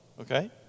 okay